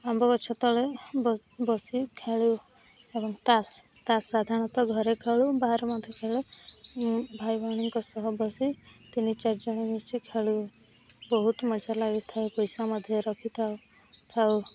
ଆମ୍ବ ଗଛ ତଳେ ବସି ଖେଳୁ ଏବଂ ତାସ୍ ତାସ୍ ସାଧାରଣତଃ ଘରେ ଖେଳୁ ବାହାରେ ମଧ୍ୟ ଖେଳୁ ଭାଇ ଭଉଣୀଙ୍କ ସହ ବସି ତିନି ଚାରି ଜଣ ମିଶି ଖେଳୁ ବହୁତ ମଜା ଲାଗିଥାଏ ପଇସା ମଧ୍ୟ ରଖିଥାଉ ଥାଉ